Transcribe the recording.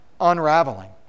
unraveling